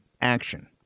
action